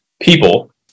people